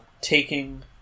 taking